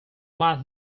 might